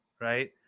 right